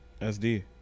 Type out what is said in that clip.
SD